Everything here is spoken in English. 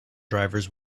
drivers